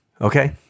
Okay